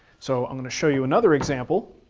so i'm gonna show you another example.